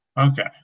okay